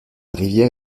rivière